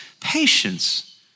patience